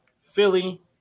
Philly